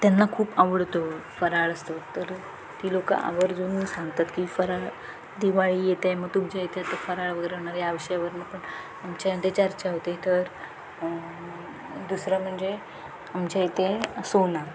त्यांना खूप आवडतो फराळ असतो तर ती लोकं आवर्जून सांगतात की फराळ दिवाळी येते मग तुमच्या इथे तर फराळ वगैरे बनवणारे या विषयावरनं पण आमच्या चर्चा होते तर दुसरं म्हणजे आमच्या इथे सोना